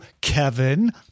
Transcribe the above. Kevin